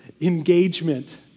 engagement